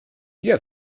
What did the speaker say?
you